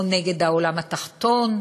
או נגד העולם התחתון,